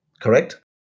correct